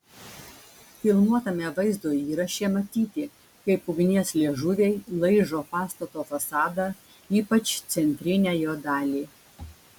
filmuotame vaizdo įraše matyti kaip ugnies liežuviai laižo pastato fasadą ypač centrinę jo dalį